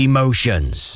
Emotions